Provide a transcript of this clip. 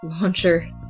launcher